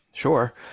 Sure